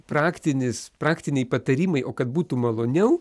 praktinis praktiniai patarimai o kad būtų maloniau